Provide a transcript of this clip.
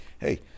Hey